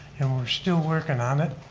and we're still working on it.